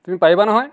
তুমি পাৰিবা নহয়